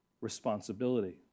responsibility